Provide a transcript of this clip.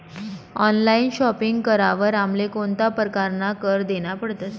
Online shopping करावर आमले कोणता परकारना कर देना पडतस?